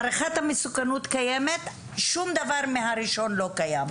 הערכת המסוכנות קיימת ושום דבר מהראשון לא קיים.